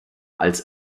als